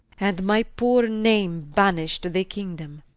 and my poore name banish'd the kingdome.